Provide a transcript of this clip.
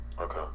Okay